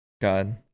God